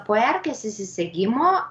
po erkės įsisegimo a